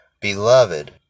Beloved